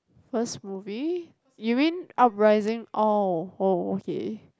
first movie you mean Uprising oh oh okay